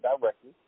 directly